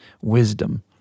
wisdom